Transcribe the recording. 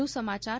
વધુ સમાચાર